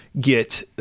get